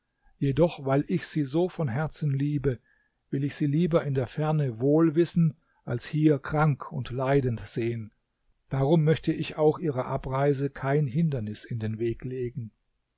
jedoch weil ich sie so von herzen liebe will ich sie lieber in der ferne wohl wissen als hier krank und leidend sehen darum möchte ich auch ihrer abreise kein hindernis in den weg legen